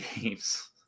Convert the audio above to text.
games